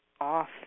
off